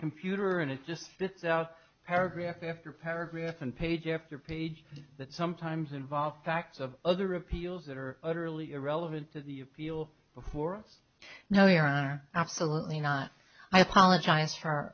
computer and it just gets out paragraph after paragraph and page after page that sometimes involve facts of other appeals that are utterly irrelevant to the appeal before us now they are absolutely not i apologize for